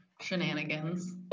shenanigans